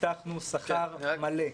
הבטחנו שכר מלא,